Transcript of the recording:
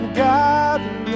gather